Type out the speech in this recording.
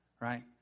Right